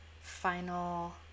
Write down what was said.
final